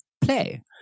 play